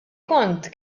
kont